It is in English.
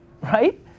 Right